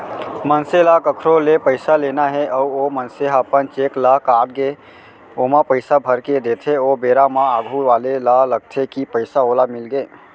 मनसे ल कखरो ले पइसा लेना हे अउ ओ मनसे ह अपन चेक ल काटके ओमा पइसा भरके देथे ओ बेरा म आघू वाले ल लगथे कि पइसा ओला मिलगे